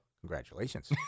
Congratulations